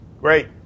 Great